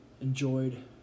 enjoyed